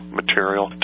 material